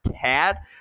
tad